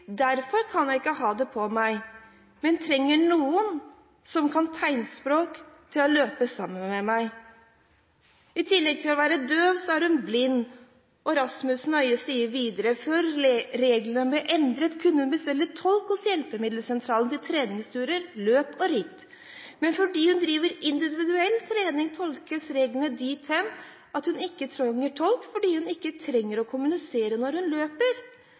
Derfor kan jeg ikke ha det på, men trenger noen som kan tegnspråk til å løpe sammen med meg.» I tillegg til å være døv er hun blind. Øie Rasmussen sier videre at før reglene ble endret, kunne hun bestille tolk hos hjelpemiddelsentralen til treningsturer, løp og ritt. Men fordi hun driver individuell trening, tolkes reglene dit hen at hun ikke trenger tolk, fordi hun ikke trenger å kommunisere når hun løper.